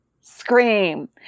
Scream